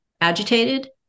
agitated